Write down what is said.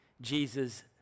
Jesus